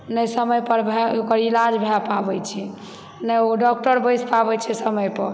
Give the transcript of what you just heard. नहि समय पर भए ओकर इलाज भए पाबै छै नहि एगो डॉक्टर बैस पाबै छै समय पर